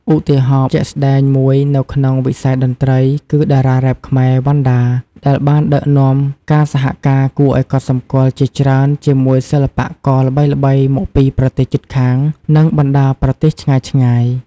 ឧទាហរណ៍ជាក់ស្ដែងមួយនៅក្នុងវិស័យតន្ត្រី គឺតារារ៉េបខ្មែរ វណ្ណដា ដែលបានដឹកនាំការសហការគួរឱ្យកត់សម្គាល់ជាច្រើនជាមួយសិល្បករល្បីៗមកពីប្រទេសជិតខាង និងបណ្ដាប្រទេសឆ្ងាយៗ។